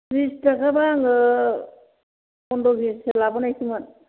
थ्रिस थाखाबा आङो फन्द्र केजिसो लाबोनायसैमोन